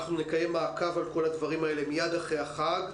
אנחנו נקיים מעקב אחרי כל הדברים האלה מייד אחרי החג.